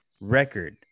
record